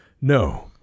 No